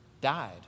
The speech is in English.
died